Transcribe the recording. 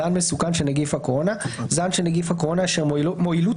"זן מסוכן של נגיף הקורונה" זן של נגיף הקורונה אשר מועילות